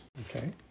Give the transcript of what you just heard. Okay